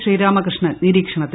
Sreeramakrishnan ന്നീരീക്ഷണത്തിൽ